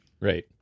Right